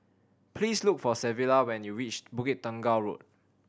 please look for Savilla when you reach Bukit Tunggal Road